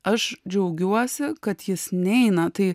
aš džiaugiuosi kad jis neina tai